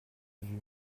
vue